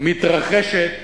מתרחשת